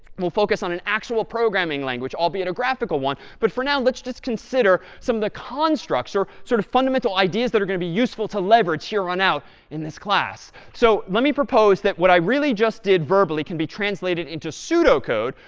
we'll focus on an actual programming language, albeit a graphical one. but for now let's just consider some of the constructs or sort of fundamental ideas that are going to be useful to leverage here on out in this class. so let me propose that what i really just did verbally can be translated into pseudocode,